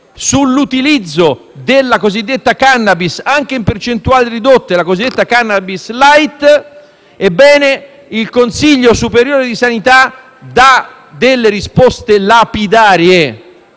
e l'utilizzo della cosiddetta *cannabis*, anche in percentuale ridotta (la cosiddetta *cannabis* *light*), il Consiglio superiore di sanità dette delle risposte lapidarie.